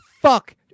fuck